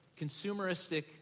consumeristic